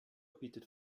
bietet